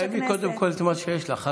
תסיימי קודם כול את מה שיש לך להגיד,